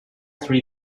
three